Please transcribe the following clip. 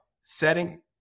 setting